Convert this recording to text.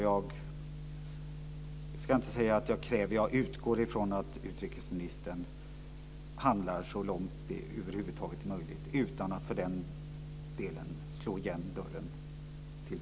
Jag ska inte säga att jag kräver det, utan jag utgår ifrån att utrikesministern handlar så långt det över huvud taget är möjligt, utan att för den delen slå igen dörren till